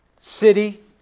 city